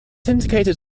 indicated